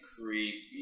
creepy